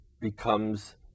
becomes